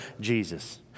Jesus